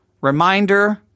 reminder